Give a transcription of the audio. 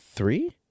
Three